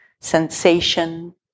sensation